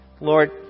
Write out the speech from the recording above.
Lord